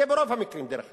זה ברוב המקרים, דרך אגב.